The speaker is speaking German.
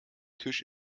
tisch